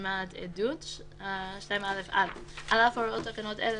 נשמעת עדות 2א. (א)על אף הוראות תקנות אלה,